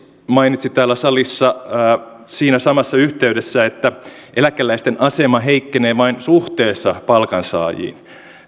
mainitsi täällä salissa siinä samassa yhteydessä että eläkeläisten asema heikkenee vain suhteessa palkansaajiin